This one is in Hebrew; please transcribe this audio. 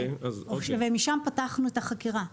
ומשם פתחנו את החקירה.